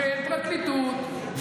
ואין פרקליטות,